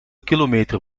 kilometer